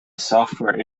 software